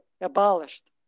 abolished